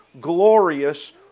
glorious